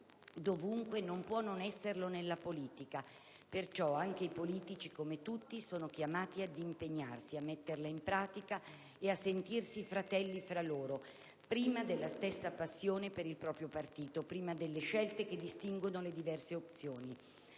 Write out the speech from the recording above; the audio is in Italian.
dovunque, non può non esserlo nella politica. Perciò anche i politici, come tutti, sono chiamati ad impegnarsi a metterla in pratica ed a sentirsi fratelli fra loro, prima della stessa passione per il proprio partito, prima delle scelte che distinguono le diverse opzioni.